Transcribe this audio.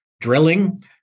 drilling